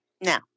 Now